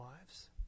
lives